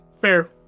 Fair